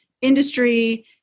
industry